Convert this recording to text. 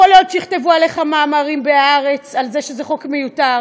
יכול להיות שיכתבו עליך מאמרים ב"הארץ" על זה שזה חוק מיותר.